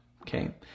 Okay